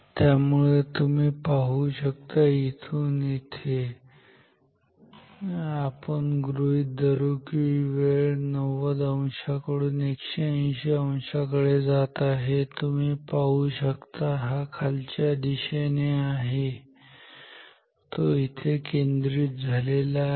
त्यामुळे तुम्ही पाहू शकता इथून येथे त्यामुळे आपण गृहीत धरू की वेळ 90 अंशाकडून 180 अंशाकडे जात आहे तुम्ही पाहू शकता हा खालच्या दिशेने आहे तो इथे केंद्रित झालेला आहे